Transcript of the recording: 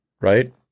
right